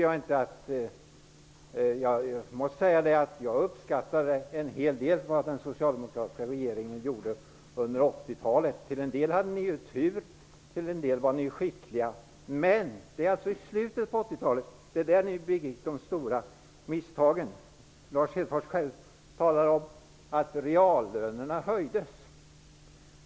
Jag måste säga att jag uppskattar en hel del av vad den socialdemokratiska regeringen gjorde under 80-talet. Till en del hade ni tur, och till en del var ni skickliga. Men ni begick de stora misstagen i slutet av 80-talet. Lars Hedfors talade själv om att reallönerna höjdes.